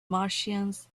martians